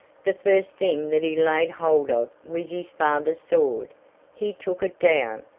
the first thing that he laid hold of was his father's sword he took it down,